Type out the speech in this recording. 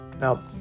Now